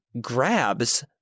grabs